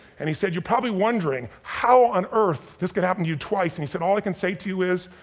and he said you're probably wondering how on earth this could happen to you twice, and he said all i can say to you is,